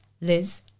Liz